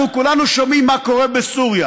אנחנו כולנו שומעים מה קורה בסוריה,